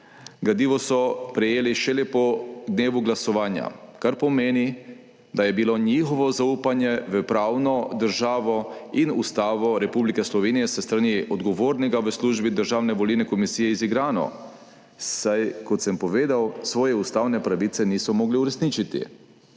gradivo so prejeli šele po dnevu glasovanja, kar pomeni, da je bilo njihovo zaupanje v pravno državo in Ustavo Republike Slovenije s strani odgovornega v službi Državne volilne komisije izigrano, saj, kot sem povedal, svoje ustavne pravice niso mogli uresničiti.